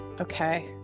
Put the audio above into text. Okay